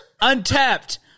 Untapped